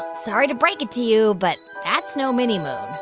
sorry to break it to you, but that's no mini-moon